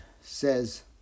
says